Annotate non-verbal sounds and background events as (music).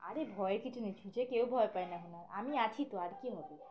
আরে ভয়ের কিছু নেই ছুঁচে কেউ ভয় পায় না (unintelligible) আমি আছি তো আর কী হবে